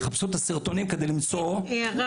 יחפשו את הסרטונים כדי למצוא -- לא